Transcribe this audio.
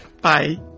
bye